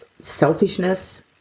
selfishness